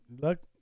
look